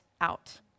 out